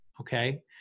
Okay